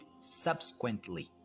subsequently